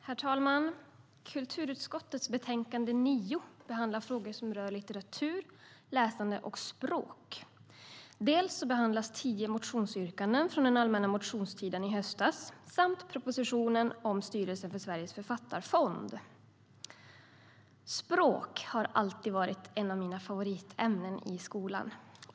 Herr talman! Kulturutskottets betänkande 9 behandlar frågor som rör litteratur, läsande och språk. Tio motionsyrkanden från den allmänna motionstiden i höstas samt propositionen om styrelsen för Sveriges Författarfond behandlas. Språk har alltid varit ett av mina favoritämnen i skolan.